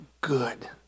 good